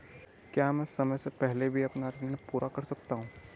क्या मैं समय से पहले भी अपना ऋण पूरा कर सकता हूँ?